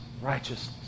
righteousness